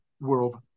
world